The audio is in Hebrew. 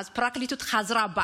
הפרקליטות חזרה בה